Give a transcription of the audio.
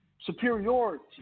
superiority